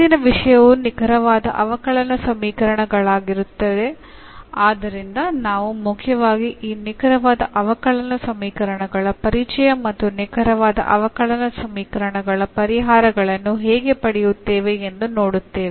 ಇಂದಿನ ವಿಷಯವು ನಿಖರವಾದ ಅವಕಲನ ಸಮೀಕರಣಗಳಾಗಿರುತ್ತದೆ ಆದ್ದರಿಂದ ನಾವು ಮುಖ್ಯವಾಗಿ ಈ ನಿಖರವಾದ ಅವಕಲನ ಸಮೀಕರಣಗಳ ಪರಿಚಯ ಮತ್ತು ನಿಖರವಾದ ಅವಕಲನ ಸಮೀಕರಣಗಳ ಪರಿಹಾರಗಳನ್ನು ಹೇಗೆ ಪಡೆಯುತ್ತೇವೆ ಎಂದು ನೋಡುತ್ತೇವೆ